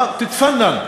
מתפננת.